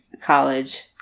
college